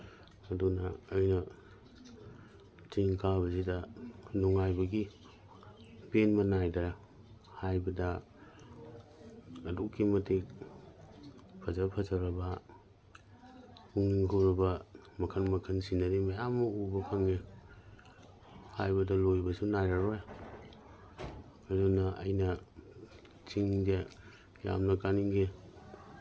ꯑꯗꯨꯅ ꯑꯩꯅ ꯆꯤꯡ ꯀꯥꯕꯁꯤꯗ ꯅꯨꯡꯉꯥꯏꯕꯒꯤ ꯄꯦꯟꯕ ꯅꯥꯏꯗꯔꯦ ꯍꯥꯏꯕꯗ ꯑꯗꯨꯛꯀꯤ ꯃꯇꯤꯛ ꯐꯖ ꯐꯖꯔꯕ ꯄꯨꯛꯅꯤꯡ ꯍꯨꯔꯕ ꯃꯈꯟ ꯃꯈꯟ ꯁꯤꯅꯔꯤ ꯃꯌꯥꯝ ꯑꯃ ꯎꯕ ꯐꯪꯉꯤ ꯍꯥꯏꯕꯗꯣ ꯂꯣꯏꯕꯁꯨ ꯅꯥꯏꯔꯔꯣꯏ ꯑꯗꯨꯅ ꯑꯩꯅ ꯆꯤꯡꯁꯦ ꯌꯥꯝꯅ ꯀꯥꯅꯤꯡꯉꯤ